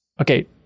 Okay